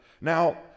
Now